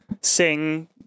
sing